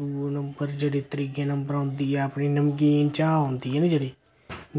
दुए नंबर जेह्ड़ी त्रिये नंबर औंदी ऐ अपनी नमकीन चाह् औंदी ऐ नि जेह्ड़ी